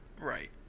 Right